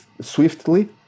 swiftly